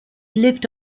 lived